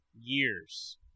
Years